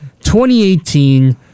2018